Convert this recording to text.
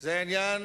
זה עניין